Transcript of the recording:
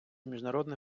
міжнародний